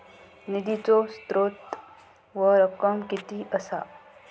निधीचो स्त्रोत व रक्कम कीती असा?